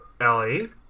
Ellie